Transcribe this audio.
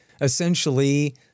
essentially